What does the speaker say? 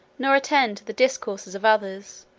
nor attend to the discourses of others,